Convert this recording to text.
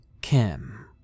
Kim